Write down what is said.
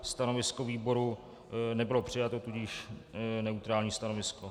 Stanovisko výboru nebylo přijato, tudíž neutrální stanovisko.